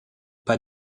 pas